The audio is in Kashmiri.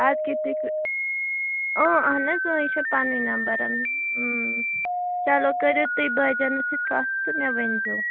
اَدٕ کیٛاہ اۭں اہن حظ اۭں یہِ چھا پَنٕنۍ نمبرَن چلو کٔرِو تُہۍ بٲجانَس سۭتۍ کَتھ تہٕ مےٚ ؤنۍزیو